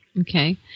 okay